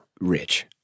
rich